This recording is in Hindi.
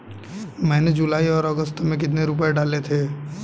मैंने जुलाई और अगस्त में कितने रुपये डाले थे?